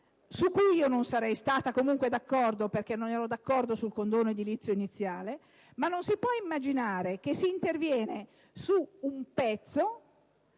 (su cui io non sarei stata comunque d'accordo, perché non ero d'accordo sul condono edilizio iniziale). Non si può, però, pensare di intervenire su un pezzo,